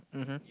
mmhmm